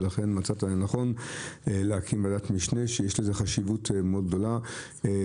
ולכן מצאת לנכון להקים ועדת משנה ויש לזה חשיבות גדולה מאוד.